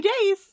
days